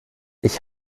ich